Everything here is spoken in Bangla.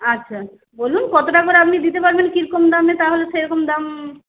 আচ্ছা বলুন কতটা করে আপনি দিতে পারবেন কীরকম দামে তাহলে সেরকম দাম